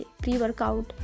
pre-workout